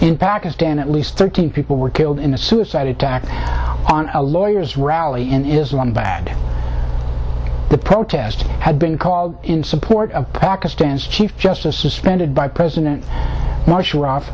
in pakistan at least thirteen people were killed in a suicide attack on a lawyer as rally in is won by the protest had been called in support of pakistan's chief justice suspended by president mu